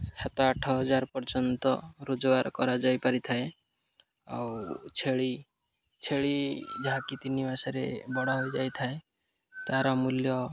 ସାତ ଆଠ ହଜାର ପର୍ଯ୍ୟନ୍ତ ରୋଜଗାର କରାଯାଇପାରିଥାଏ ଆଉ ଛେଳି ଛେଳି ଯାହାକି ତିନି ମାସରେ ବଡ଼ ହୋଇଯାଇଥାଏ ତା'ର ମୂଲ୍ୟ